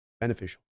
Beneficial